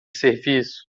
serviço